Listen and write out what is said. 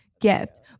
gift